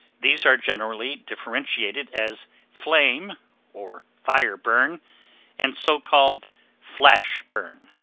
these are generally differentiated as flame or fire burn and so-called flash burn.